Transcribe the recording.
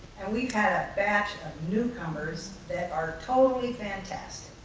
and we've had a batch of newcomers that are totally fantastic.